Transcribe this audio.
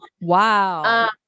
Wow